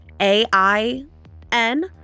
A-I-N